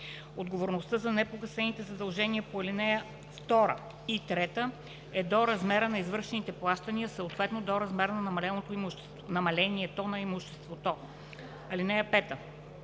Отговорността за непогасените задължения по ал. 2 и 3 е до размера на извършените плащания, съответно до размера на намалението на имуществото. (5)